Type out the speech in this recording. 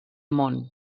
món